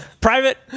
Private